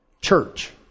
church